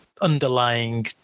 underlying